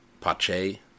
Pache